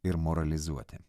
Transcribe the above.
ir moralizuoti